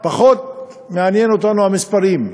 פחות מעניינים אותנו המספרים.